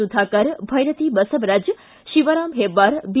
Sudhakar Byrathi Basavaraj Shivaram Hebbar B